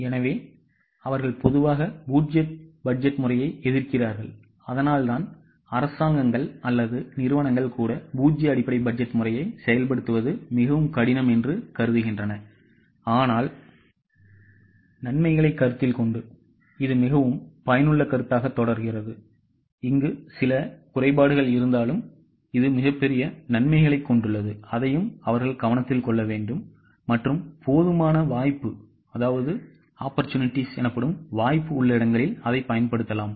எனவே அவர்கள் பொதுவாக பூஜ்ஜிய பட்ஜெட் முறையை எதிர்க்கிறார்கள் அதனால்தான் அரசாங்கங்கள் அல்லது நிறுவனங்கள் கூட பூஜ்ஜிய அடிப்படை பட்ஜெட் முறையை செயல்படுத்துவது மிகவும் கடினம் என்று கருதுகின்றன ஆனால் நன்மைகளை கருத்தில் கொண்டு இது மிகவும் பயனுள்ள கருத்தாக தொடர்கிறது மற்றும் போதுமான வாய்ப்பு உள்ள இடங்களில் அதைப் பயன்படுத்தலாம்